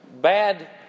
bad